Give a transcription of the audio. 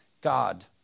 God